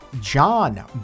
John